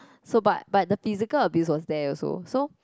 so but but the physical abuse was there also so